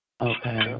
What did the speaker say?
Okay